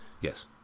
yes